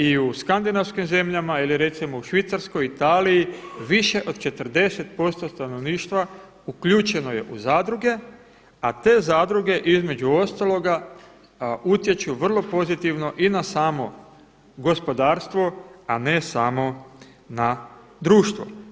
I u skandinavskim zemljama ili recimo u Švicarskoj, Italiji više od 40% stanovništva uključeno je u zadruge a te zadruge između ostaloga utječu vrlo pozitivno i na samo gospodarstvo a ne samo na društvo.